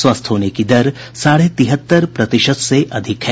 स्वस्थ होने की दर साढ़े तिहत्तर प्रतिशत से अधिक है